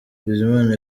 bizimana